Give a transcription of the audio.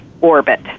orbit